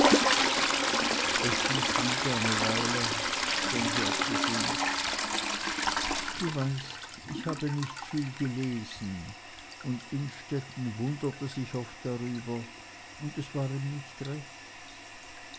schwieg eine weile dann sagte sie du weißt ich habe nicht viel gelesen und innstetten wunderte sich oft darüber und es war ihm nicht recht